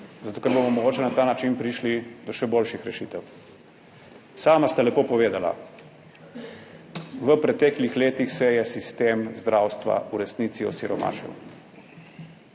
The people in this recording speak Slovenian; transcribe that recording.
ker bomo mogoče na ta način prišli do še boljših rešitev. Sami ste lepo povedali, v preteklih letih se je sistem zdravstva v resnici osiromašil.